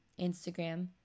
Instagram